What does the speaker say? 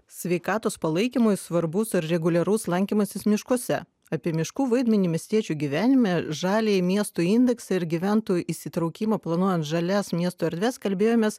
sveikatos palaikymui svarbus reguliarus lankymasis miškuose apie miškų vaidmenį miestiečių gyvenime žaliąjį miestų indeksą ir gyventojų įsitraukimą planuojant žalias miesto erdves kalbėjomės